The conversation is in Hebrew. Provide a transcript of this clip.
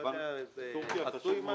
חשוב מאוד.